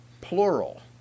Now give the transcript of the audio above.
plural